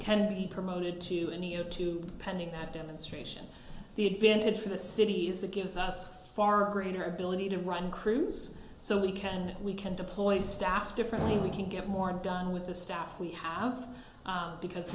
can be promoted to any of two pending that demonstration the advantage for the city is that gives us far greater ability to run crews so we can we can deploy staff differently we can get more done with the staff we have because